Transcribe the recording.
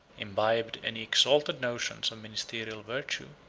imbibed any exalted notions of ministerial virtue,